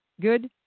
good